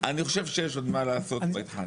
אני חושב שיש עוד מה לעשות בעניין הזה.